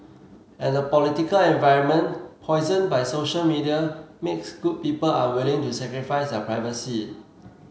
and the political environment poisoned by social media makes good people unwilling to sacrifice their privacy